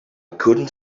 couldn’t